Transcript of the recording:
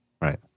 Right